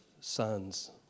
sons